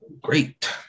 great